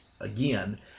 again